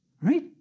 Right